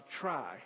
try